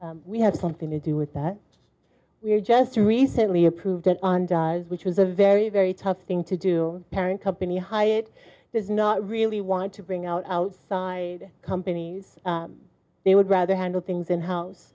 that we have something to do with that we're just recently approved and which was a very very tough thing to do parent company high it does not really want to bring out outside companies they would rather handle things in house